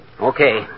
Okay